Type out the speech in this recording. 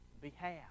behalf